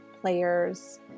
players